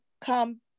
come